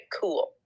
cool